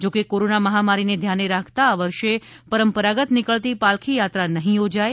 જોકે કોરોના મહામારીને ધ્યાને રાખતા આ વર્ષે પરંપરાગત નિકળતી પાલખી યાત્રા નહી યોજાય